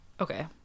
Okay